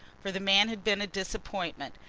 for the man had been a disappointment.